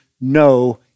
no